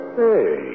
Hey